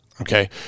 okay